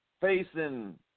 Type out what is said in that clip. facing